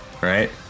right